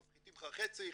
מפחיתים לך חצי,